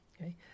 okay